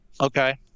Okay